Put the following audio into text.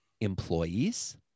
employees